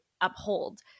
uphold